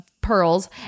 pearls